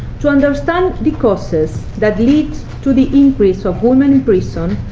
to understand the causes that lead to the increase of women in prison,